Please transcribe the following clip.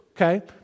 okay